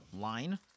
line